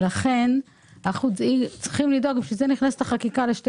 לכן נכנסת החקיקה לשני